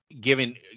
Giving